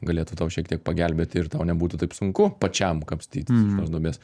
galėtų tau šiek tiek pagelbėti ir tau nebūtų taip sunku pačiam kapstytis iš tos duobės